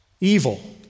evil